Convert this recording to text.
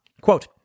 Quote